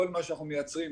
כל מה שאנחנו מייצרים,